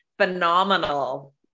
phenomenal